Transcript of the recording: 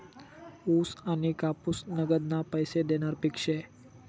ऊस आनी कापूस नगदना पैसा देनारं पिक शे